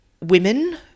women